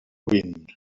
vint